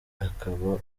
akaba